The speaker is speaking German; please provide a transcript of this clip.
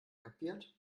kapiert